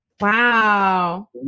Wow